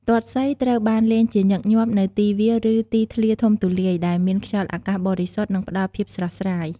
ទាត់សីត្រូវបានលេងជាញឹកញាប់នៅទីវាល ឬទីធ្លាធំទូលាយ ដែលមានខ្យល់អាកាសបរិសុទ្ធ និងផ្ដល់ភាពស្រស់ស្រាយ។